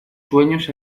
sueños